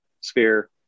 sphere